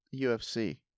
UFC